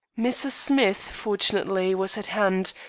mrs. smith, fortunately, was at hand,